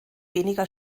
weniger